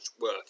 work